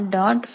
4teachers